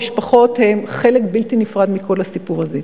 המשפחות הן חלק בלתי נפרד מכל הסיפור הזה.